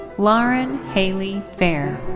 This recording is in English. lauren hayley feher.